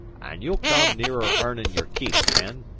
and you'll come nearer earnin' your keep, penn.